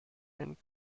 and